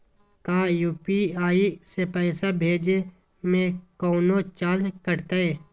का यू.पी.आई से पैसा भेजे में कौनो चार्ज कटतई?